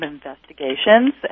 Investigations